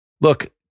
look